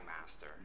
master